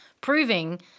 proving